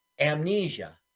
Amnesia